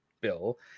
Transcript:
bill